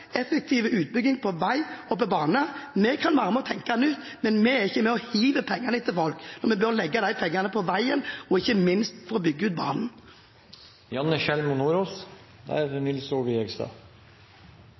effektiv utbygging av vei og bane. Vi kan være med på å tenke nytt, men vi er ikke med på å hive pengene etter folk. Vi bør legge de pengene i veien – og ikke minst bygge ut